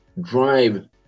drive